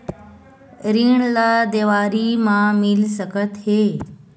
ऋण ला देवारी मा मिल सकत हे